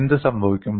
എന്ത് സംഭവിക്കും